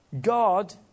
God